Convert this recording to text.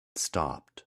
stopped